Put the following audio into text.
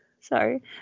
Sorry